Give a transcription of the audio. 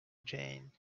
jane